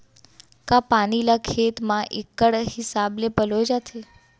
का पानी ला खेत म इक्कड़ हिसाब से पलोय जाथे?